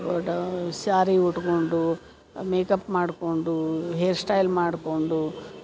ಸ್ಯಾರಿ ಉಟ್ಟುಕೊಂಡು ಮೇಕಪ್ ಮಾಡಿಕೊಂಡು hair style ಮಾಡಿಕೊಂಡು